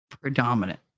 predominant